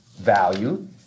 value